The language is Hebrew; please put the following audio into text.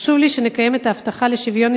חשוב לי שנקיים את ההבטחה לשוויון